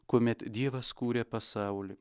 kuomet dievas kūrė pasaulį